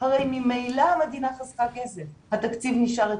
הרי ממילא המדינה חסכה כסף, התקציב נשאר אצלה,